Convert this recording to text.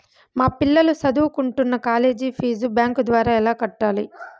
మా పిల్లలు సదువుకుంటున్న కాలేజీ ఫీజు బ్యాంకు ద్వారా ఎలా కట్టాలి?